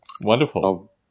Wonderful